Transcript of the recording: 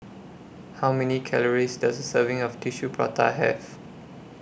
How Many Calories Does A Serving of Tissue Prata Have